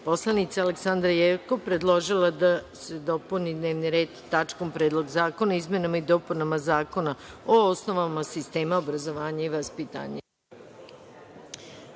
poslanica Aleksandra Jerkov je predložila da se dopuni dnevni red tačkom – Predlog zakona o izmenama i dopunama Zakona o osnovama sistema obrazovanja i vaspitanja.